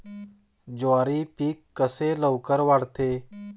ज्वारी पीक कसे लवकर वाढते?